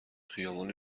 خیابانی